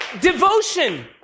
Devotion